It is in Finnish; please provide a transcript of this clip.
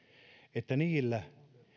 että niillä